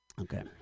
Okay